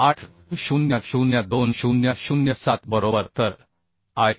800 2007 बरोबर तर आय